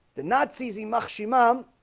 the nazis emax imam